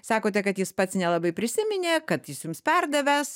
sakote kad jis pats nelabai prisiminė kad jis jums perdavęs